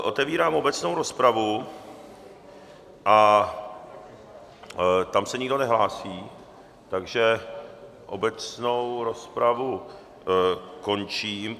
Otevírám obecnou rozpravu a tam se nikdo nehlásí, takže obecnou rozpravu končím.